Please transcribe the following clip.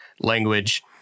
language